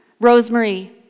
Rosemary